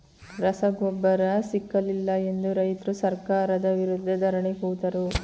ರಸಗೊಬ್ಬರ ಸಿಕ್ಕಲಿಲ್ಲ ಎಂದು ರೈತ್ರು ಸರ್ಕಾರದ ವಿರುದ್ಧ ಧರಣಿ ಕೂತರು